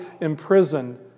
imprisoned